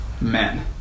men